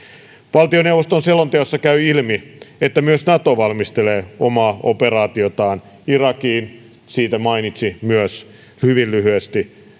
valtioneuvoston selonteosta käy ilmi että myös nato valmistelee omaa operaatiotaan irakiin siitä mainitsi hyvin lyhyesti myös